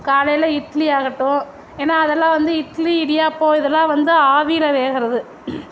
காலையில் இட்லி ஆகட்டும் ஏன்னா அதெல்லாம் வந்து இட்லி இடியாப்பம் இதலா வந்து ஆவியில் வேகுறது